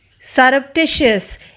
Surreptitious